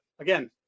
again